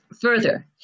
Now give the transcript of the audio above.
Further